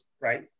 right